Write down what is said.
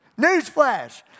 Newsflash